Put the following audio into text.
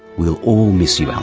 we'll all miss you, alan.